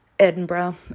Edinburgh